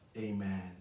Amen